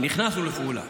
נכנסנו לפעולה.